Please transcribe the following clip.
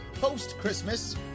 post-Christmas